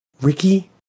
Ricky